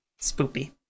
Spoopy